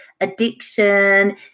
addiction